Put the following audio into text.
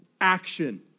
action